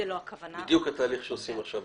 זו לא הכוונה --- זה בדיוק התהליך שעושים עכשיו.